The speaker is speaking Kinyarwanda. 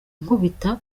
nkubita